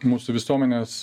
mūsų visuomenės